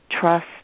trust